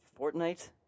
Fortnite